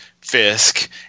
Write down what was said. Fisk